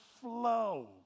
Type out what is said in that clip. flow